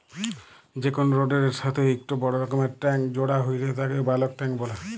যে কোনো রোডের এর সাথেই একটো বড় রকমকার ট্যাংক জোড়া হইলে তাকে বালক ট্যাঁক বলে